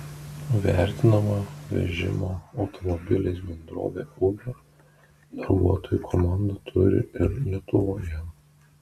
vertinama vežimo automobiliais bendrovė uber darbuotojų komandą turi ir lietuvoje